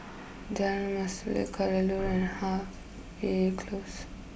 Jalan Mastuli Kadaloor and Harvey close